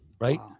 Right